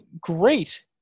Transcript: great